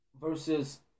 Versus